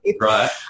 Right